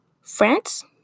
France